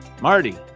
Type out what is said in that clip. Marty